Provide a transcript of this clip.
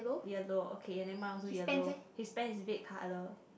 yellow okay and then mine also yellow his pant is red colour